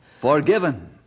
Forgiven